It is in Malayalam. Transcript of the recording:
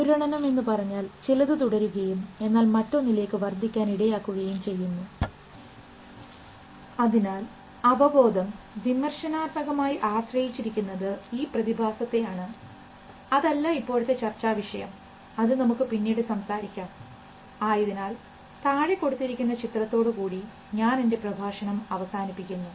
അനുരണനം എന്നുപറഞ്ഞാൽ ചിലത് തുടരുകയും എന്നാൽ മറ്റൊന്നിലേക്ക് വർദ്ധിക്കാൻ ഇടയാക്കുകയും ചെയ്യുന്നു അതിനാൽ അവബോധം വിമർശനാത്മകമായി ആശ്രയിച്ചിരിക്കുന്നത് ഈ പ്രതിഭാസത്തെയാണ് അതല്ല ഇപ്പോഴത്തെ ചർച്ചാവിഷയം അത് നമുക്ക് പിന്നീട് സംസാരിക്കാം ആയതിനാൽ താഴെ കൊടുത്തിരിക്കുന്ന ചിത്രത്തോട് കൂടി ഞാനെൻറെ പ്രഭാഷണം അവസാനിപ്പിക്കുന്നു